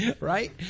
right